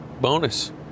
Bonus